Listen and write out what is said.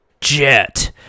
Jet